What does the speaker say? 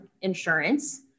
insurance